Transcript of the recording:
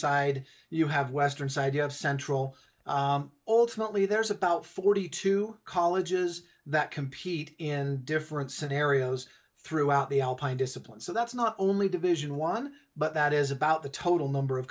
side you have western side you have central alternately there's about forty two colleges that compete in different scenarios throughout the alpine disciplines so that's not only division one but that is about the total number of